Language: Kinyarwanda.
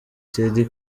ted